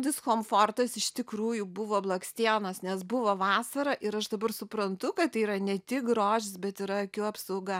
diskomfortas iš tikrųjų buvo blakstienos nes buvo vasara ir aš dabar suprantu kad tai yra ne tik grožis bet yra akių apsauga